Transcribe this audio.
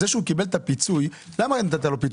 זה שהוא קיבל פיצוי, למה נתת לו?